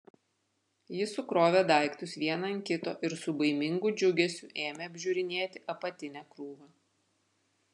ji sukrovė daiktus vieną ant kito ir su baimingu džiugesiu ėmė apžiūrinėti apatinę krūvą